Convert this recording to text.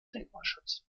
denkmalschutz